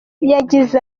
yagize